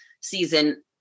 season